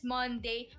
Monday